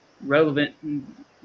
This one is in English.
relevant